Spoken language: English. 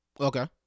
okay